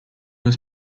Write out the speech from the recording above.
was